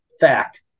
Fact